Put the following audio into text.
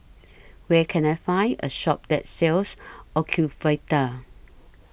Where Can I Find A Shop that sells Ocuvite